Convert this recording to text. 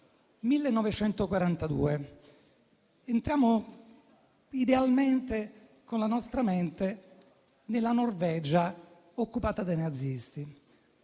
1942: entriamo idealmente, con la nostra mente, nella Norvegia occupata dai nazisti.